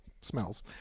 smells